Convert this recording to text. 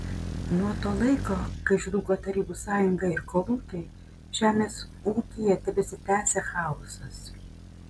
nuo to laiko kai žlugo tarybų sąjunga ir kolūkiai žemės ūkyje tebesitęsia chaosas